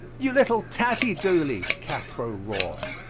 you little tattie doolie, cathro roared,